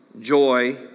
joy